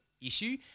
issue